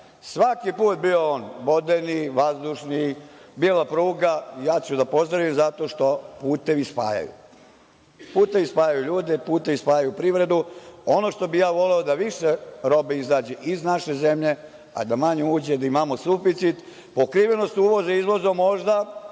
Svaki put, bio on vodeni, vazdušni, bila pruga, ja ću da pozdravim zato što putevi spajaju. Putevi spajaju ljude, putevi spajaju privredu. Ono što bih ja voleo jeste da više robe izađe iz naše zemlje, a da manje uđe, da imamo suficit, pokrivenost uvoza izvozom, možda